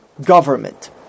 government